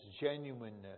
genuineness